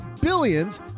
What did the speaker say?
billions